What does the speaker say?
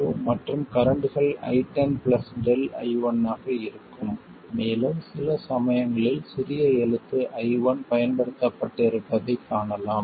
மற்றும் V20 ΔV2 மற்றும் கரண்ட்கள் I10 Δ I1 ஆக இருக்கும் மேலும் சில சமயங்களில் சிறிய எழுத்து i1 பயன்படுத்தப்பட்டிருப்பதைக் காணலாம்